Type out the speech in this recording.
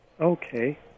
Okay